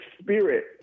spirit